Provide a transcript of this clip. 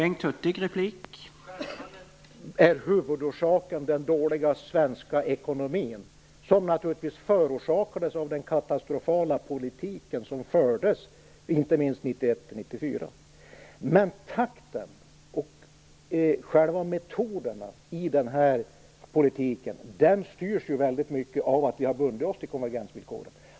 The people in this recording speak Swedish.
Herr talman! Självfallet är huvudorsaken den dåliga svenska ekonomin som naturligtvis förorsakades av den katastrofala politik som fördes inte minst Men takten och metoderna i politiken styrs ju väldigt mycket av att vi har bundit oss till konvergensvillkoren.